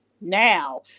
Now